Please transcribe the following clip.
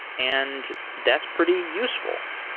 and that's pretty useful.